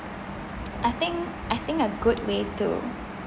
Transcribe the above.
I think I think a good way to